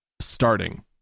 starting